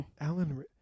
Alan